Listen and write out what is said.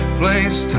place